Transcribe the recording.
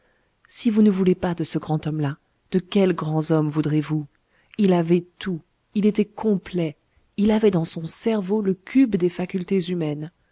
si vous ne voulez pas de ce grand homme-là de quels grands hommes voudrez-vous il avait tout il était complet il avait dans son cerveau le cube des facultés humaines